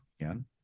again